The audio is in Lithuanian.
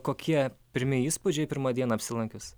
kokie pirmi įspūdžiai pirmą dieną apsilankius